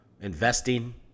investing